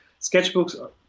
sketchbooks